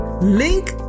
Link